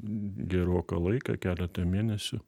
geroką laiką keletą mėnesių